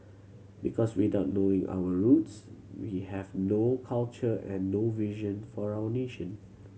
because without knowing our roots we have no culture and no vision for our nation